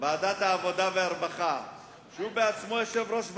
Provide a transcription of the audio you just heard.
ועדת העבודה והרווחה שהוא בעצמו יושב-ראש ועד.